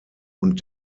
und